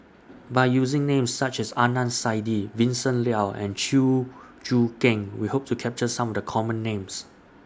By using Names such as Adnan Saidi Vincent Leow and Chew Choo Keng We Hope to capture Some of The Common Names